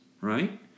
right